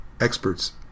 experts